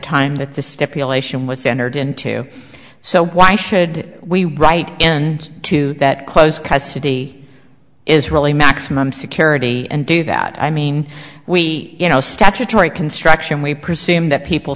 time that the stipulation was entered into so why should we right and to that close custody is really maximum security and do that i mean we you know statutory construction we presume that people